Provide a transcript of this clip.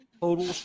total